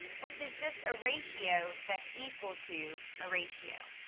which is just a ratio that's equal to a ratio.